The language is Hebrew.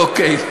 אוקיי.